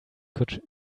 could